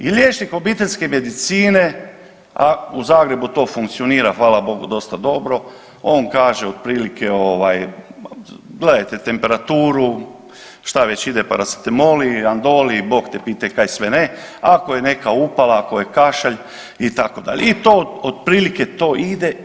I liječnik obiteljske medicine, a u Zagrebu to funkcionira hvala Bogu dosta dobro, on kaže otprilike ovaj gledajte temperaturu, šta već ide paracetamol i andol i Bog te pitaj kaj sve ne, ako je neka upala, ako je kašalj itd. i to otprilike to ide.